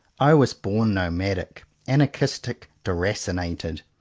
i was born nomadic, anarchistic, deracinated.